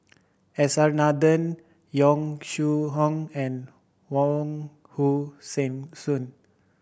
S R Nathan Yong Shu Hoong and Wong Hong Suen